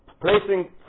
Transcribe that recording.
placing